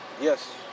Yes